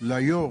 ליו"ר